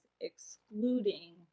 excluding